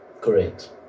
Correct